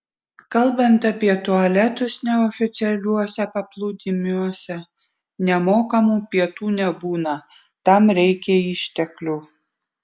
kalbant apie tualetus neoficialiuose paplūdimiuose nemokamų pietų nebūna tam reikia išteklių